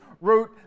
wrote